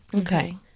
Okay